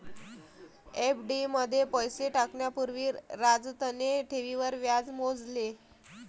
FD मध्ये पैसे टाकण्या पूर्वी राजतने ठेवींवर व्याज मोजले